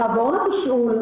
תעבורנה תשאול,